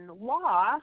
law